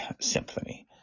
Symphony